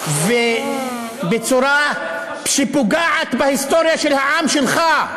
ובצורה שפוגעת בהיסטוריה של העם שלך,